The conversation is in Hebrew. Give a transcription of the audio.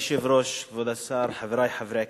אדוני היושב ראש, כבוד השר, חברי חברי הכנסת,